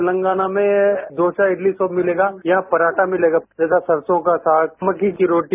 तेलगाना में डोप्ता इडली सब मिलेगा यहां परांवा मिलेगा जैसे सरसों का साग मक्के की रोटी